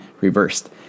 reversed